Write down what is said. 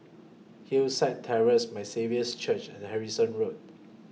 Hillside Terrace My Saviour's Church and Harrison Road